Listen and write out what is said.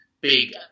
big